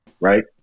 right